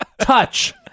touch